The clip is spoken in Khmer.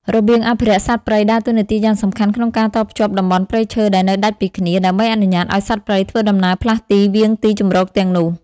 របៀងអភិរក្សសត្វព្រៃ ដើរតួនាទីយ៉ាងសំខាន់ក្នុងការតភ្ជាប់តំបន់ព្រៃឈើដែលនៅដាច់ពីគ្នា ដើម្បីអនុញ្ញាតឱ្យសត្វព្រៃធ្វើដំណើរផ្លាស់ទីរវាងទីជម្រកទាំងនោះ។